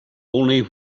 only